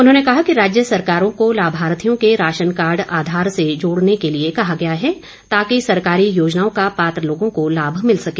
उन्होंने कहा कि राज्य सरकारों को लाभार्थियों के राशन कार्ड आधार से जोड़ने के लिए कहा गया है ताकि सरकारी योजनाओं का पात्र लोगों को लाभ मिल सके